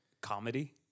Comedy